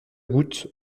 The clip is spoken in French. goûte